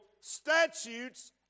statutes